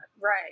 right